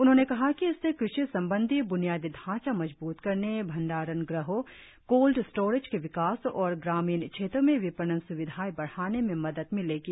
उन्होंने कहा कि इससे कृषि संबंधी ब्नियादी ढांचा मजबूत करने भंडारण ग़हों कोल्ड स्टोरेज के विकास और ग्रामीण क्षेत्रों में विपणन स्विधाएं बढाने में मदद मिलेगी